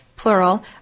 plural